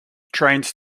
trains